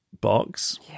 box